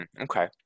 Okay